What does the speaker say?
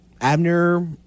Abner